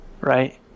right